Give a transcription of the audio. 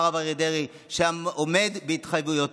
הרב אריה דרעי שעומד בהתחייבויותיו,